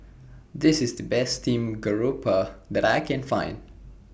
This IS The Best Steamed Garoupa that I Can Find